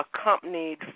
accompanied